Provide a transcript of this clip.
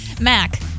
Mac